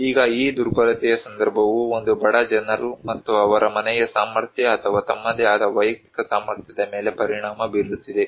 ಈಗ ಈ ದುರ್ಬಲತೆಯ ಸಂದರ್ಭವು ಇದು ಬಡ ಜನರು ಮತ್ತು ಅವರ ಮನೆಯ ಸಾಮರ್ಥ್ಯ ಅಥವಾ ತಮ್ಮದೇ ಆದ ವೈಯಕ್ತಿಕ ಸಾಮರ್ಥ್ಯದ ಮೇಲೆ ಪರಿಣಾಮ ಬೀರುತ್ತಿದೆ